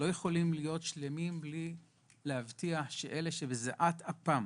לא יכולים להיות שלמים בלי להבטיח שאלה שבזיעת אפם